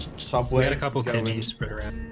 subway and a couple daily